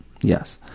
yes